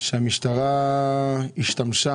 שהמשטרה השתמשה